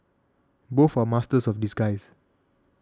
both are masters of disguise